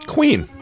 Queen